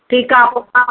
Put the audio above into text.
ठीकु आहे पोइ हा